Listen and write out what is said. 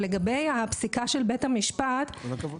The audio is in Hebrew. לגבי הפסיקה של בית המשפט --- כל הכבוד.